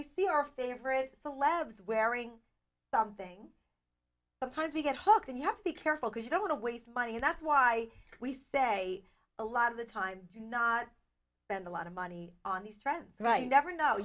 we see our favorite celebs wearing something sometimes we get hooked and you have to be careful because you don't want to waste money and that's why we say a lot of the time do not spend a lot of money on these trends right you never know